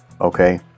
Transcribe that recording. okay